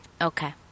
Okay